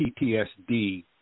PTSD